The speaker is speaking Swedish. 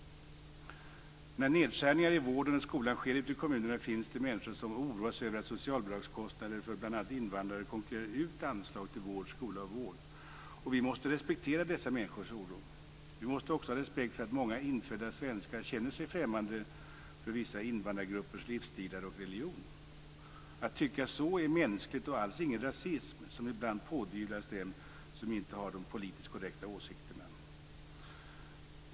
När nedskärningar i vården och skolan sker ute i kommunerna finns det människor som oroas även av att socialkostnader för bl.a. invandrare konkurrerar ut anslag till vård och skola. Vi måste respektera dessa människors oro. Vi måste också ha respekt för att många infödda svenskar känner sig främmande för vissa invandrargruppers livsstilar och religion. Att tycka så är mänskligt och alls ingen rasism, som ibland pådyvlas dem som inte har de politiskt korrekta åsikterna.